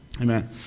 Amen